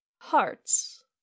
hearts